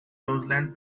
roseland